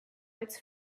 its